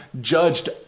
judged